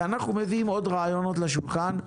ואנחנו מביאים עוד רעיונות לשולחן,